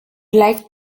like